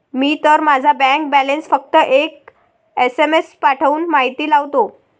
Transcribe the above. मी तर माझा bank balance फक्त एक एस.एम.एस पाठवून माहिती लावतो